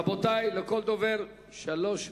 רבותי, לכל דובר שלוש דקות.